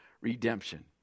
redemption